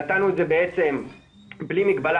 נתנו את זה בעצם בלי מגבלה,